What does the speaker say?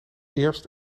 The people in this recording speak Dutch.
eerst